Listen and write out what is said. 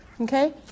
okay